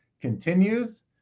continues